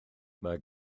mae